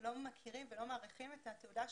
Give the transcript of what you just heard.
לא מכירים ולא מעריכים את התעודה שלך,